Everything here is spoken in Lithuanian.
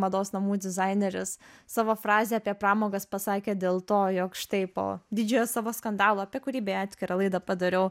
mados namų dizaineris savo frazę apie pramogas pasakė dėl to jog štai po didžiojo savo skandalo apie kurį beje atskirą laidą padariau